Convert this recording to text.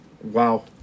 Wow